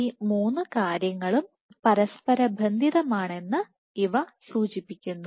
ഈ മൂന്ന് കാര്യങ്ങളും പരസ്പരബന്ധിതമാണെന്ന് ഇവ സൂചിപ്പിക്കുന്നു